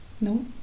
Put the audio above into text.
No